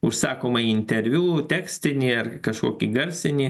užsakomąjį interviu tekstinį ar kažkokį garsinį